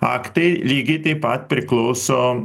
aktai lygiai taip pat priklauso